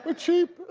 ah cheap!